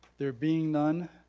there being none,